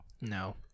no